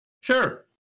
sure